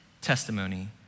testimony